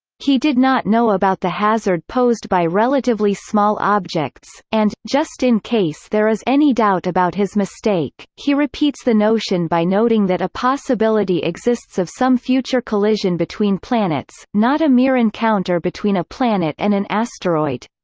he did not know about the hazard posed by relatively small objects, and, just in case there is any doubt about his mistake, he repeats the notion by noting that a possibility exists of some future collision between planets, not a mere encounter between a planet and an asteroid.